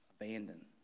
abandon